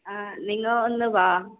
നിങ്ങൾ ഒന്ന് വാ